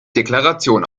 deklaration